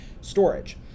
storage